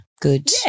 good